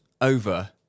over